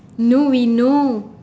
no we know